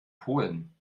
polen